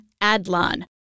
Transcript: ADLAN